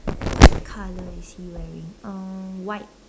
what color is he wearing um white